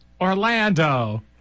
Orlando